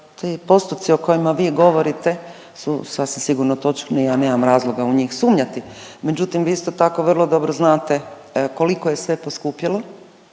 ti postoci o kojima vi govorite su sasvim sigurno točni, ja nemam razloga u njih sumnjati, međutim vi isto tako vrlo dobro znate koliko je sve poskupjelo